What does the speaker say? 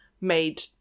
made